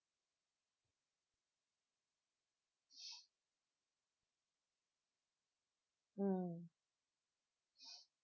mm